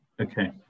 Okay